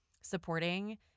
supporting